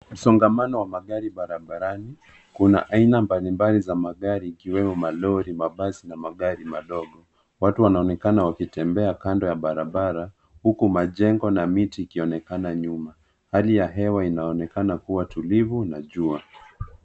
Msongamano wa magari barabarani. Kuna aina mbali mbai za magari, zikiwemo, malori, mabasi, na magari madogo. Watu wanaonekana wakitembea kando ya barabara, huku majengo na miti ikionekana nyuma. Hali ya hewa inaonekana kua tulivu na jua.